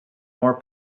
more